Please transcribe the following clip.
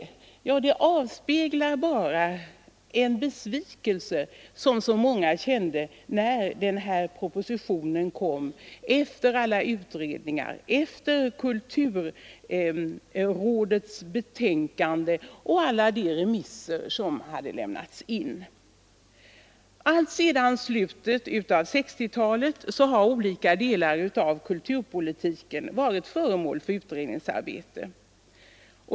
Jo, det avspeglar bara en besvikelse som många kände när den här propositionen lades fram — efter alla utredningar, efter kulturrådets betänkande och alla de remissvar som lämnats in. Alltsedan slutet av 1960-talet har olika delar av kulturpolitiken varit föremål för utredningsarbete.